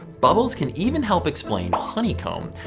bubbles can even help explain honeycomb.